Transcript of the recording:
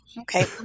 Okay